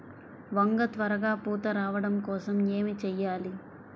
వంగ త్వరగా పూత రావడం కోసం ఏమి చెయ్యాలి?